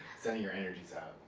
so your energies out.